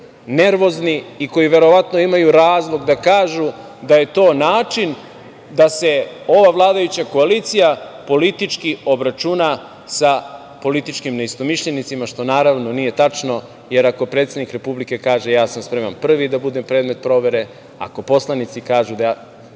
nervozni, i koji verovatno imaju razlog da kažu da je to način da se ova vladajuća koalicija politički obračuna sa političkim neistomišljenicima, što naravno nije tačno. Ako predsednik republike kaže – ja sam spreman prvi da budem predmet provere, ako poslanici kažu, da